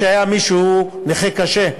כשהיה מישהו נכה קשה,